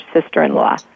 sister-in-law